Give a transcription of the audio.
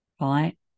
right